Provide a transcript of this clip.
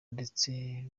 ndetse